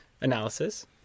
analysis